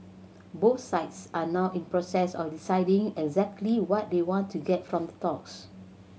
both sides are now in process of deciding exactly what they want to get from the talks